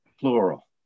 plural